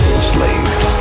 enslaved